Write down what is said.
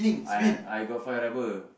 I I got five rubber